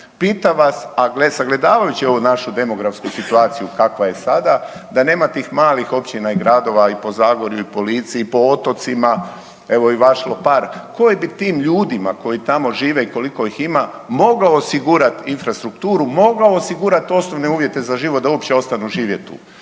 Pitam vas, a gle, sagledavajući ovu našu demografsku situaciju kakva je sada da nema tih malih općina i gradova i po Zagori i po Lici i po otocima, evo i vaš Lopar, koji bi tim ljudima koji tamo žive i koliko ih ima mogao osigurati infrastrukturu, mogao osigurati osnovne uvjete za život, da uopće ostanu živjeti